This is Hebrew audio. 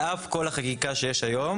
על אף כל החקיקה שיש היום,